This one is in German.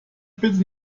bitte